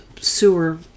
sewer